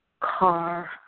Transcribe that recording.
car